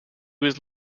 was